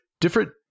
different